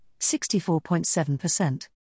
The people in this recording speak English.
64.7%